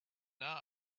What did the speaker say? now